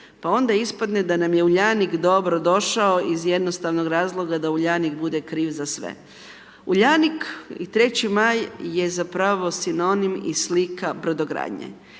pa onda ispadne da nam je Uljanik dobrodošao iz jednostavnog razloga da Uljanik bude kriv za sve. Uljanik i Trći maj je zapravo sinonim i slika brodogradnje.